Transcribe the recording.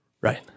Right